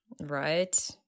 Right